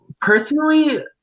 Personally